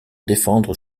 défendre